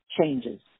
changes